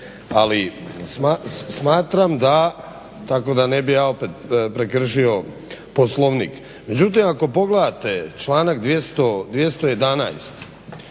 ali smatram da, tako da ne bi ja opet prekršio Poslovnik. Međutim ako pogledate članak 211.